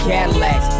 Cadillacs